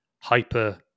hyper